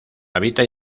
habita